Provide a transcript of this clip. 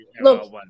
look